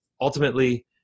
ultimately